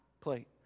plate